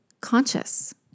conscious